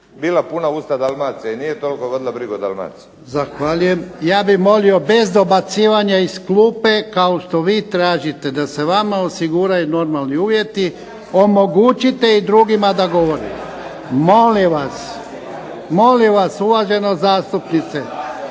bila pun usta Dalmacije i nije toliko vodila brigu o Dalmaciji. **Jarnjak, Ivan (HDZ)** Zahvaljujem. Ja bih molio bez dobacivanja iz klupe kao što vi tražite da se vama osiguraju normalni uvjeti, omogućite i drugima da govore. Molim vas uvažena zastupnice,